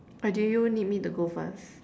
or do you need me to go first